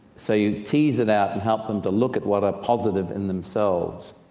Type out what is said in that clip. so you tease it out and help them to look at what are positive in themselves,